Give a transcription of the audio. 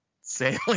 sailing